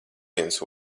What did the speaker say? viens